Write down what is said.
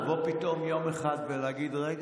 לבוא פתאום יום אחד ולהגיד: רגע,